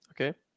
Okay